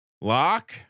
Lock